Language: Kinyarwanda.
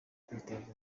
kwiteza